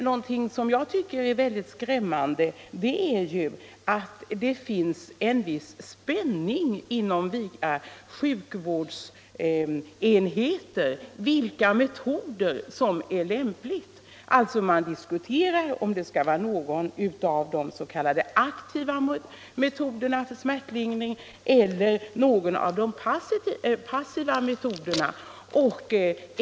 Någonting ganska skrämmande är emellertid att det även finns en viss spänning inom många sjukvårdsenheter i fråga om vilka metoder som är lämpliga, man diskuterar om det skall vara någon av de s.k. aktiva metoderna för smärtlindring eller någon av de passiva metoderna.